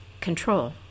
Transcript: control